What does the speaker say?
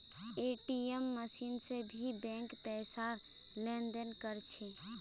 ATM machine से भी bank पैसार लेन देन कर छे